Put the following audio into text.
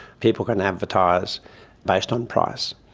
people can advertise based on price.